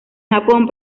japón